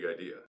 Idea